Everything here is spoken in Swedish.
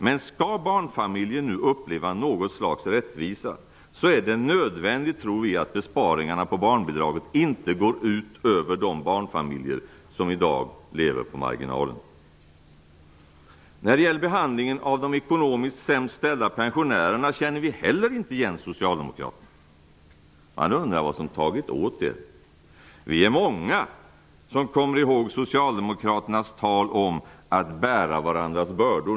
Men skall barnfamiljer nu uppleva något slags rättvisa, så är det nödvändigt, tror vi, att besparingarna på barnbidraget inte går ut över de barnfamiljer som i dag lever på marginalen. När det gäller behandlingen av de ekonomiskt sämst ställda pensionärerna känner vi heller inte igen socialdemokraterna. Man undrar vad som har tagit åt er. Vi är många som kommer ihåg socialdemokraternas tal om att bära varandras bördor.